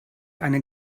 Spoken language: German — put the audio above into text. eine